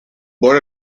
board